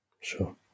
Sure